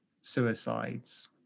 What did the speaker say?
suicides